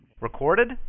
Recorded